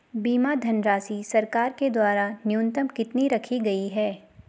बीमा धनराशि सरकार के द्वारा न्यूनतम कितनी रखी गई है?